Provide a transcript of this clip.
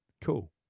Cool